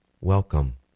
welcome